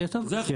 זה יותר פשוט.